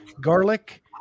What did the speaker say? Garlic